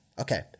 Okay